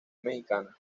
mexicana